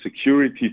security